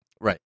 Right